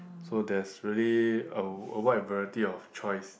so there's really a a wide variety of choice